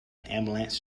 ambulance